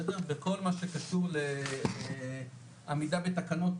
בסדר, בכל מה שקשור לעמידה בתקנות